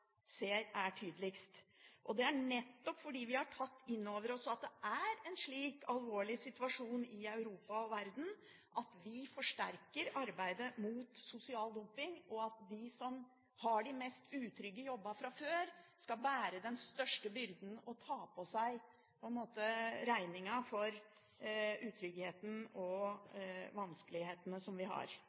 er tydeligst. Det er nettopp fordi vi har tatt inn over oss at det er en slik alvorlig situasjon i Europa og i verden at vi forsterker arbeidet mot sosial dumping, slik at de som har de mest utrygge jobbene fra før, ikke skal bære den største byrden og ta på seg regningen for utryggheten og vanskelighetene vi har.